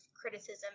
criticism